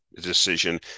decision